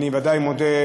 אני לא רוצה,